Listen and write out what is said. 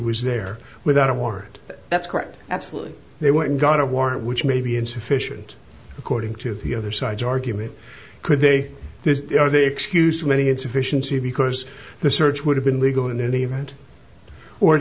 was there without a warrant that's correct absolutely they went and got a warrant which may be insufficient according to the other side's argument could they excuse me insufficiency because the search would have been legal in any event or